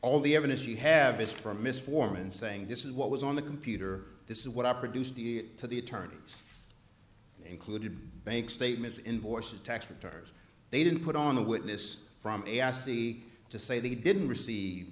all the evidence you have is from mr foreman saying this is what was on the computer this is what i produced the to the attorneys included bank statements invoice a tax return they didn't put on a witness from a assay to say they didn't receive